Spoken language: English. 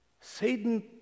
Satan